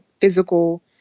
physical